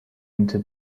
into